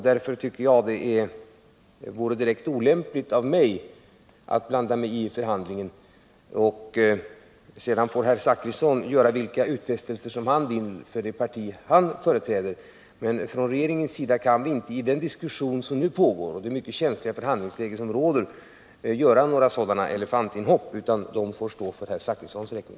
Därför tycker jag det vore direkt olämpligt av mig att blanda mig i förhandlingarna. Sedan får herr Zachrisson göra vilka utfästelser han vill för det parti han företräder. Från regeringens sida kan vi inte i den diskussion som nu pågår och i det känsliga förhandlingsläge som råder göra några sådana elefantinhopp, utan de får stå för herr Zachrissons räkning.